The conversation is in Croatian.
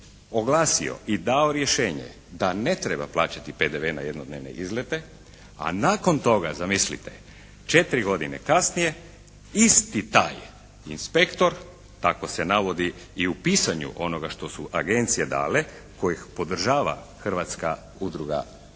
oglasio i dao rješenje da ne treba plaćati PDV na jednodnevne izlete. A nakon toga zamislite 4 godine kasnije isti taj inspektor, tako se navodi i u pisanju onoga što su agencije dale koje podržava Hrvatska udruga